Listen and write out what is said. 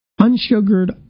unsugared